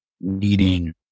needing